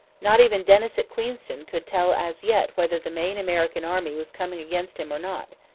not even dennis at queenston could tell as yet whether the main american army was coming against him or not.